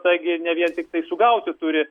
tai gi ne vien tiktai sugauti turi